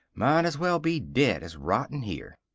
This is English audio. might as well be dead as rottin' here.